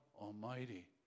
Almighty